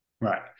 Right